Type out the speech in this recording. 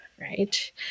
right